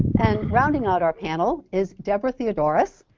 and rounding out our panel is deborah theodoros.